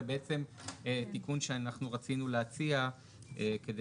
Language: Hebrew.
זה בעצם תיקון שאנחנו רצינו להציע כדי